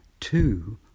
Two